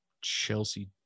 Chelsea